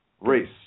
Race